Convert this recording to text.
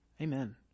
Amen